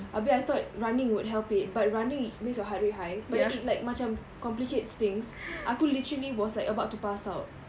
abeh I thought running would help it but running makes your heart rate high but then it like macam complicates things aku literally was like about to pass out